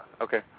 Okay